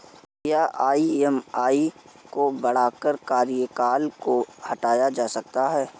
क्या ई.एम.आई को बढ़ाकर कार्यकाल को घटाया जा सकता है?